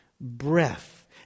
Breath